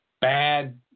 bad